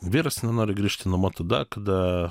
vyras nenori grįžti namo tada kada